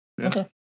Okay